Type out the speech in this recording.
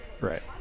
right